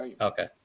Okay